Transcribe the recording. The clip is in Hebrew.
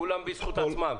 כולם בזכות עצמם.